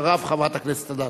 חברת הכנסת אדטו.